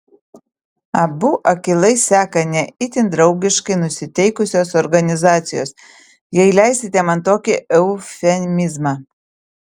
abu akylai seka ne itin draugiškai nusiteikusios organizacijos jei leisite man tokį eufemizmą